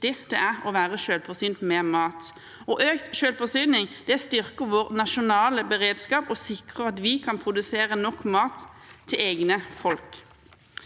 det er å være selvforsynt med mat. Økt selvforsyning styrker vår nasjonale beredskap og sikrer at vi kan produsere nok mat til egne folk.